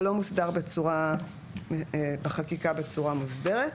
אבל לא מוסדר בצורת חקיקה מוסדרת.